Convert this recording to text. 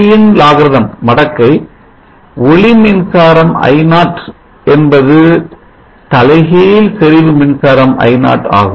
ip ன் மடக்கை ஒளி மின்சாரம் I0 என்பது தலைகீழ் செறிவு மின்சாரம் I0 ஆகும்